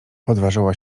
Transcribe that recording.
odważyła